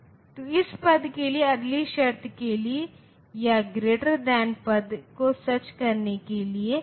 तो आप logic gate के प्रकार जैसे AND से परिचित हो सकते हैं